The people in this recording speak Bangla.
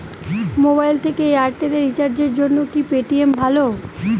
মোবাইল থেকে এয়ারটেল এ রিচার্জের জন্য কি পেটিএম ভালো?